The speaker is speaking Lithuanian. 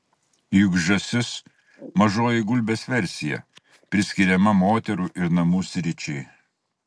juk žąsis mažoji gulbės versija priskiriama moterų ir namų sričiai